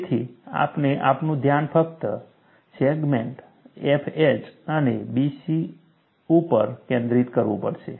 તેથી આપણે આપણું ધ્યાન ફક્ત સેગમેન્ટ FH અને BC ઉપર કેન્દ્રિત કરવું પડશે